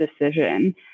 decision